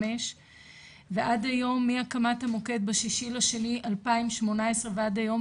ועד היום מהקמת המוקד ב-6.2.2018 ועד היום,